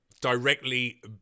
directly